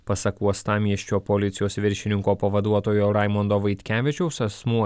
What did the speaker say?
pasak uostamiesčio policijos viršininko pavaduotojo raimondo vaitkevičiaus asmuo